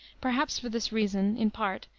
perhaps for this reason, in part,